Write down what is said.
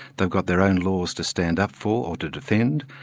they've got their own laws to stand up for, or to defend,